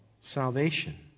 salvation